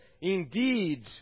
Indeed